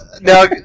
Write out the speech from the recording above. Now